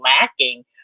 lacking